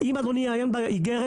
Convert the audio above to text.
אם אדוני יעיין באיגרת,